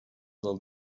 del